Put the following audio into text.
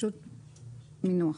פשוט מינוח.